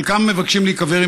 חלקם מבקשים להיקבר,